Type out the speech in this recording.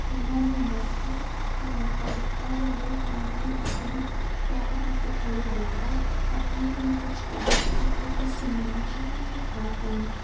ਉਹਨਾਂ ਨੂੰ ਮੌਕੇ 'ਤੇ ਮੌਕਾ ਦਿੱਤਾ ਜਾਵੇ ਤਾਂ ਕਿ ਉਹ ਆਪਣੇ ਪੈਰਾਂ ਉੱਤੇ ਖੜ੍ਹੇ ਹੋ ਕਰ ਆਪਣੇ ਲਈ ਕੁਛ ਕਰ ਪਾਉਣ ਅਤੇ ਸਮਾਜ ਨੂੰ ਵੀ ਵਿਖਾ ਪਾਉਣ